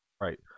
right